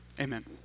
amen